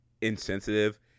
insensitive